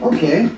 Okay